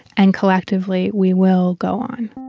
and collectively, we will go on